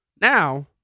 Now